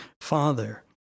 Father